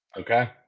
Okay